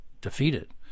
defeated